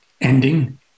ending